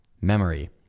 memory